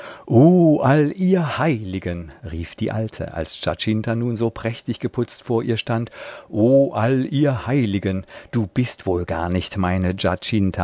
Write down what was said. all ihr heiligen rief die alte als giacinta nun so prächtig geputzt vor ihr stand o all ihr heiligen du bist wohl gar nicht meine